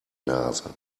nase